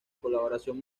colaboración